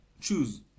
choose